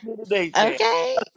Okay